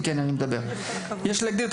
אני מדבר על הפרטיים יש להגדיר את